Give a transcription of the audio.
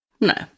No